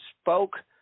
spoke